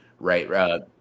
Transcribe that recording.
right